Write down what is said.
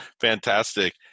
fantastic